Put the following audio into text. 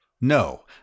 No